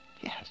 Yes